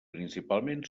principalment